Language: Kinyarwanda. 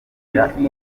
umwanzuro